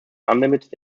unlimited